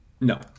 No